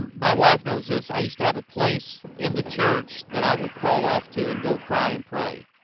my wife knows this i used to have a place in the church that i would crawl off to and go cry and pray